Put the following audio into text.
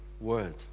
word